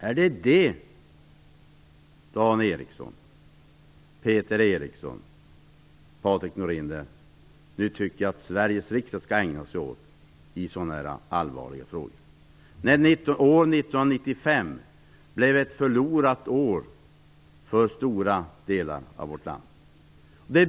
Är det detta, Dan Ericsson, Peter Eriksson och Patrik Norinder, som ni tycker att Sveriges riksdag nu skall ägna sig åt när vi diskuterar så allvarliga frågor, när år 1995 blev ett förlorat år för stora delar av vårt land.